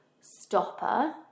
stopper